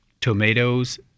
tomatoes